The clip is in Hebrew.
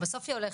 בסוף היא הולכת,